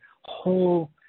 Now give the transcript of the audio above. whole